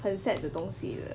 很 sad 的东西的